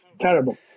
terrible